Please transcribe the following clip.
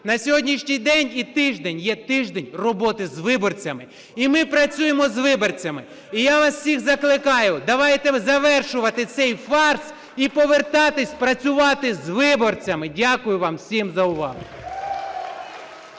на сьогоднішній день і тиждень є тиждень роботи з виборцями і ми працюємо з виборцями. І я вас всіх закликаю, давайте завершувати цей фарс і повертатися працювати з виборцями. Дякую вам всім за увагу.